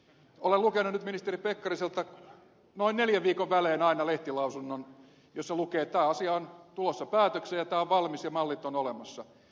olen lukenut nyt ministeri pekkariselta noin neljän viikon välein aina lehtilausunnon jossa lukee että asia on tulossa päätökseen ja tämä on valmis ja mallit ovat olemassa